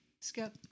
Skip